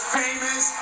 famous